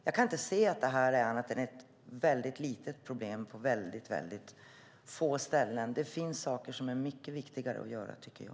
Jag kan inte se annat än att det är ett väldigt litet problem på väldigt få ställen. Det finns saker som är mycket viktigare att göra.